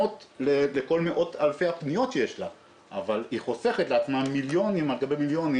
לכן שאלתי ממתי אתם התחלתם את הפילוח לפי גיל,